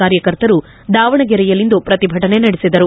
ಕಾರ್ಯಕರ್ತರು ದಾವಣಗೆರೆಯಲ್ಲಿಂದು ಪ್ರತಿಭಟನೆ ನಡೆಸಿದರು